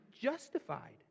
justified